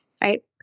right